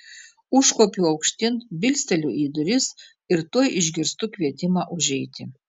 užkopiu aukštyn bilsteliu į duris ir tuoj išgirstu kvietimą užeiti